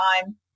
time